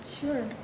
Sure